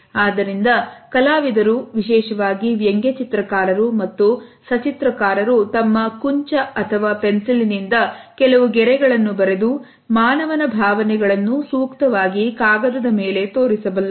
ಆದ್ದರಿಂದ ಕಲಾವಿದರು ವಿಶೇಷವಾಗಿ ವ್ಯಂಗ್ಯಚಿತ್ರಕಾರರು ಮತ್ತು ಸಚಿತ್ರ ಕಾದರು ತಮ್ಮ ಕುಂಚ ಅಥವಾ ಪೆನ್ಸಿಲಿನಿಂದ ಕೆಲವು ಗೆರೆಗಳನ್ನು ಬರೆದು ಮಾನವನ ಭಾವನೆಗಳನ್ನು ಸೂಕ್ತವಾಗಿ ಕಾಗದದ ಮೇಲೆ ತೋರಿಸಬಲ್ಲರು